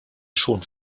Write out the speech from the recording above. schon